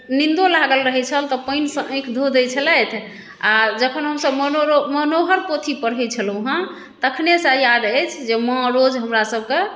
निन्दो लागल रहल छल तऽ पानिसँ आँखि धो दै छलथि आओर जखन हम सभ मनोरो मनोहर पोथी पढ़ै छलहुँ हेँ तखनेसँ याद अछि जे माँ रोज हमरा सभके